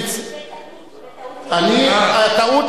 טעות,